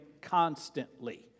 constantly